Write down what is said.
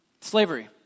slavery